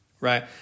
right